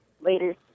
Later